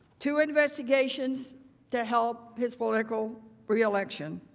two investigations to help his political reelection.